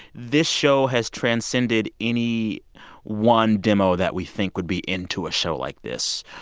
this show has transcended any one demo that we think would be into a show like this.